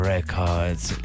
Records